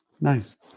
nice